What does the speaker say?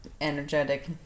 energetic